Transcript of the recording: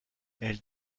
elle